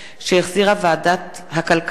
שהחזירה ועדת הכלכלה.